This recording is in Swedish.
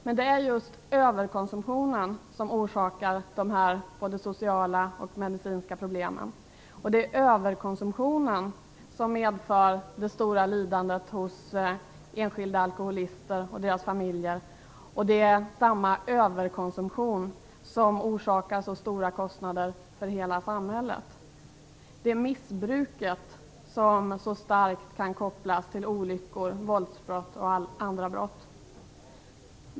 Men det är just överkonsumtionen som orsakar dessa både sociala och medicinska problem. Det är överkonsumtionen som medför det stora lidandet hos enskilda alkoholister och deras familjer, och det är samma överkonsumtion som orsakar så stora kostnader för hela samhället. Det är missbruket som så starkt kan kopplas till olyckor, våldsbrott och andra brott.